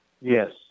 Yes